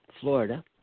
Florida